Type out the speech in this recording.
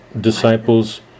disciples